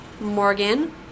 morgan